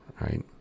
right